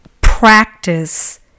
practice